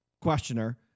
questioner